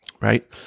right